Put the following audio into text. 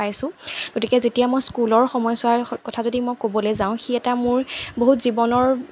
পাইছোঁ গতিকে যেতিয়া মই স্কুলৰ সময়ছোৱাৰ কথা যদি মই ক'বলে যাওঁ সি এটা মোৰ বহুত জীৱনৰ